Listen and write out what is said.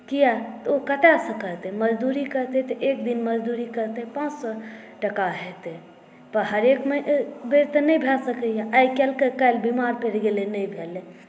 किआ तऽ ओ कतऽ आनतै मजदुरी करतै तऽ एक दिन मजदुरी करतै पाँच सए टका हेतै तऽ हरेक बेर तऽ नहि भए सकैया आइ कयलकै काल्हि बीमार पड़ि गेलै नहि भेलै